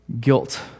Guilt